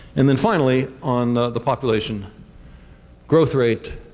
and then, finally, on the population growth rate.